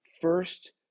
first